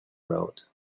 road